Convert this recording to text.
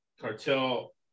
Cartel